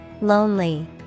Lonely